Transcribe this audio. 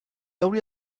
hauria